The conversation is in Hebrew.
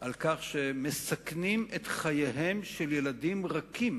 על כך שמסכנים את חייהם של ילדים רכים